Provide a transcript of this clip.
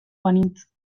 banintz